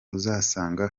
uzasanga